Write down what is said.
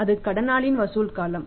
அது கடனாளியின் வசூல் காலம்